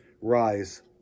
Rise